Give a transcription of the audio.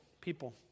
people